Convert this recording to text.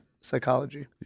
psychology